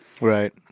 right